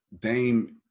Dame